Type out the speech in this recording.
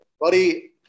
buddy